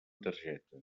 targeta